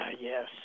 Yes